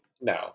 no